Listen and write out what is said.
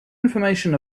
information